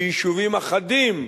שיישובים אחדים,